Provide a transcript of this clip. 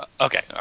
okay